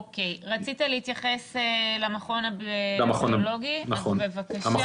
רצית להתייחס למכון הביולוגי, אז בבקשה.